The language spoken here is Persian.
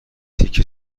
تیکه